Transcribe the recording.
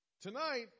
tonight